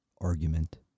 argument